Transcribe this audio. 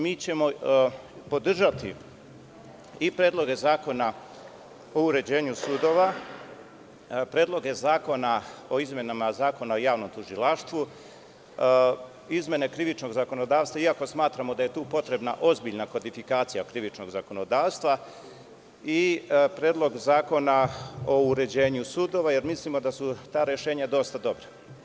Mi ćemo podržati i predloge zakona o uređenju sudova, predloge zakona o izmenama Zakona o javnom tužilaštvu, izmene krivičnog zakonodavstva, iako smatramo da je tu potrebna ozbiljna kodifikacija krivičnog zakonodavstva i Predlog zakona o uređenju sudova, jer mislimo da su ta rešenja dosta dobra.